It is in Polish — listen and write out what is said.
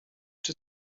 czy